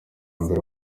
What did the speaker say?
mbere